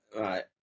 Right